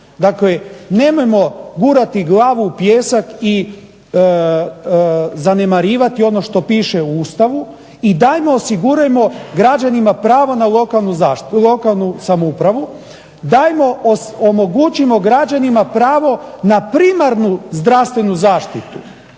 Dakle, nemojmo gurati glavu u pijesak i zanemarivati ono što piše u Ustavu i dajmo osigurajmo građanima pravo na lokalnu samoupravu, omogućimo građanima pravo na primarnu zdravstvenu zaštitu